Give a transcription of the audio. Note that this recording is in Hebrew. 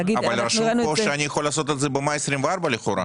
להגיד --- אבל רשום פה שאני יכול לעשות את זה במאי 24' לכאורה.